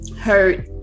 hurt